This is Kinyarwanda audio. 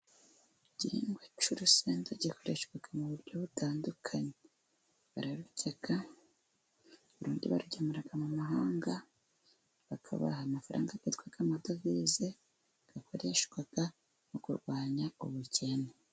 Igihingwa cy'urusenda gikoreshwa mu buryo butandukanye, bararurya urundi barugemura mu mahanga bakabaha amafaranga yitwa amadovize akoreshwa mu kurwanya ubukene.